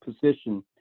position